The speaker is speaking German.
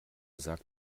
sagt